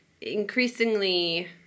increasingly